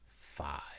five